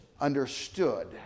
understood